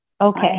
Okay